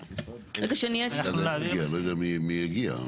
משרד האנרגיה, אני לא יודע מי יגיע.